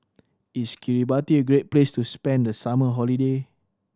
is Kiribati a great place to spend the summer holiday